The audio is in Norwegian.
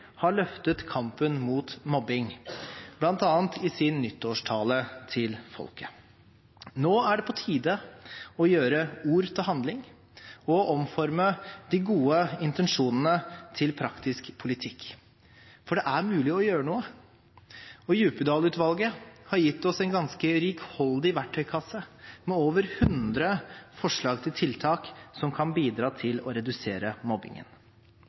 har løftet kampen mot mobbing, bl.a. i sin nyttårstale til folket. Nå er det på tide å gjøre ord til handling og omforme de gode intensjonene til praktisk politikk, for det er mulig å gjøre noe. Djupedal-utvalget har gitt oss en ganske rikholdig verktøykasse, med over 100 forslag til tiltak som kan bidra til å redusere mobbingen.